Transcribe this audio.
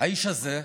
האיש הזה,